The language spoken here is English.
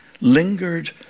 lingered